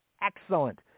excellent